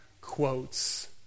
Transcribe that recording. quotes